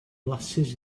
flasus